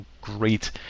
great